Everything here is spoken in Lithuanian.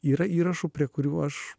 yra įrašų prie kurių aš